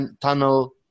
tunnel